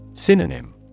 synonym